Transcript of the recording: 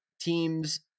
Teams